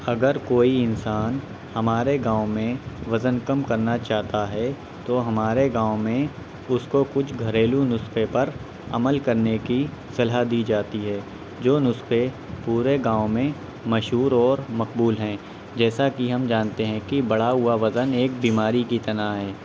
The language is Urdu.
اگر کوئی انسان ہمارے گاؤں میں وزن کم کرنا چاہتا ہے تو ہمارے گاؤں میں اس کو کچھ گھریلو نسخے پر عمل کرنے کی صلاح دی جاتی ہے جو نسخے پورے گاؤں میں مشہور اور مقبول ہیں جیسا کہ ہم جانتے ہیں کہ بڑھا ہوا وزن ایک بیماری کی طرح ہے